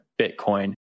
Bitcoin